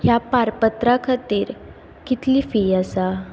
ह्या पारपत्रा खातीर कितली फी आसा